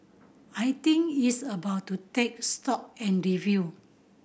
I think it's about to take stock and review